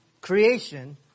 creation